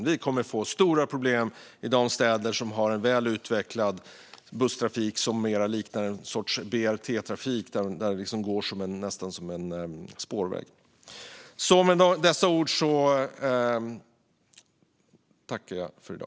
Då skulle vi få stora problem i de städer som har en väl utvecklad busstrafik som mer liknar en sorts BRT-trafik som går nästan som en spårväg. Med dessa ord tackar jag för i dag.